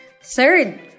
Third